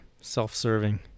self-serving